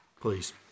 Please